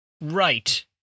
right